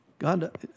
God